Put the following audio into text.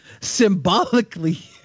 Symbolically